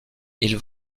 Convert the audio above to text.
ils